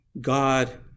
God